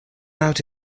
out